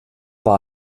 war